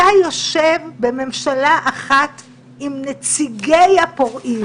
אתה יושב בממשלה אחת עם נציגי הפורעים.